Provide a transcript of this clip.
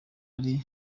ari